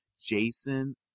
Jason